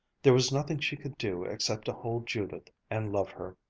there was nothing she could do, except to hold judith and love her.